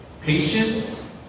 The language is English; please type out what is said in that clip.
Patience